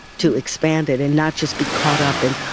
to expand it and not just be caught up in,